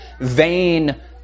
vain